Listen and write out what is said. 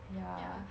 ya